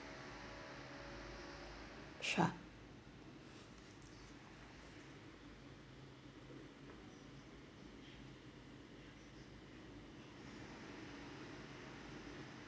sure